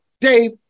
Dave